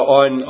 on